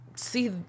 See